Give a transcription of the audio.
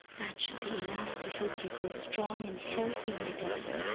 that should be enough to help you grow strong and healthy, my darling,